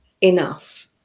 enough